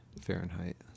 Fahrenheit